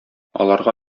аларга